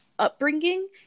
upbringing